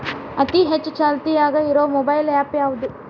ಅತಿ ಹೆಚ್ಚ ಚಾಲ್ತಿಯಾಗ ಇರು ಮೊಬೈಲ್ ಆ್ಯಪ್ ಯಾವುದು?